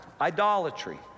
idolatry